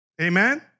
Amen